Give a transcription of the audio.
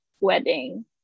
wedding